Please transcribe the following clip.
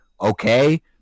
Okay